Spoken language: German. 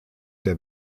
der